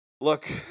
look